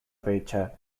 fecha